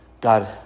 God